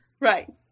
Right